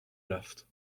رفت